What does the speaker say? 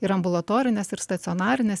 ir ambulatorines ir stacionarines